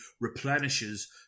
replenishes